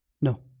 No